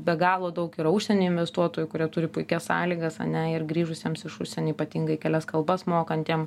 be galo daug yra užsienio investuotojų kurie turi puikias sąlygas ane ir grįžusiems iš užsienio ypatingai kelias kalbas mokantiem